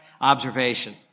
observation